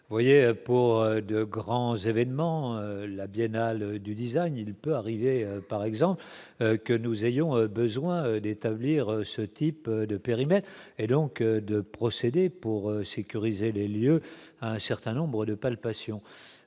voyez pour de grands événements, la Biennale du Design, il peut arriver, par exemple, que nous ayons besoin d'établir ce type de périmètre et donc de procéder pour sécuriser les lieux, un certain nombre de palpations